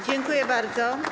Dziękuję bardzo.